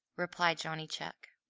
replied johnny chuck.